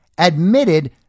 Admitted